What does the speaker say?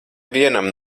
vienam